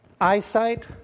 eyesight